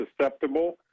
susceptible